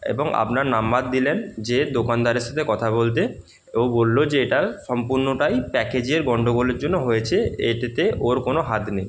এবং আপনার নম্বর দিলেন যে দোকানদারের সাথে কথা বলতে ও বলল যে এটা সম্পূর্ণটাই প্যাকেজের গণ্ডগোলের জন্য হয়েছে এটাতে ওর কোনো হাত নেই